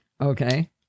Okay